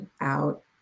out